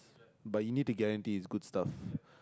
but you need to guarantee it's good stuff